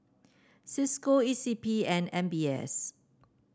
Cisco E C P and M B S